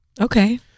Okay